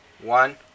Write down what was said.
one